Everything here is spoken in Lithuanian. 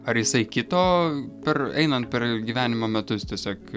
ar jisai kito per einant per gyvenimo metus tiesiog